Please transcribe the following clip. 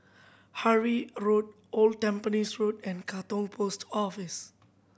Harvey Road Old Tampines Road and Katong Post Office